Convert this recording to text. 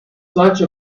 such